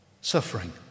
suffering